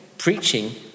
Preaching